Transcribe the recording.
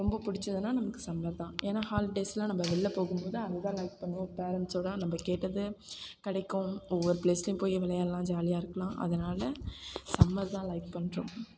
ரொம்ப பிடிச்சதுன்னா நமக்கு சம்மர் தான் ஏன்னால் ஹாலிடேஸ்லாம் நம்ம வெளில போகும்போது அதைதான் லைக் பண்ணுவோம் பேரன்ட்ஸ் நம்ம கேட்டது கிடைக்கும் ஒவ்வொரு ப்ளேஸ்லேயும் போய் விளையாடலாம் ஜாலியாக இருக்கலாம் அதனால் சம்மர் தான் லைக் பண்றோம்